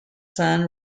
son